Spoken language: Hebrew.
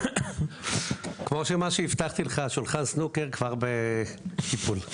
כמו שמה שהבטחתי לך, שולחן סנוקר, כבר בטיפול.